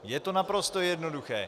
Je to naprosto jednoduché.